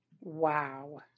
Wow